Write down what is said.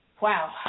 Wow